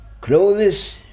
clothes